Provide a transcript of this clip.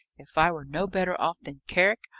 if i were no better off than carrick,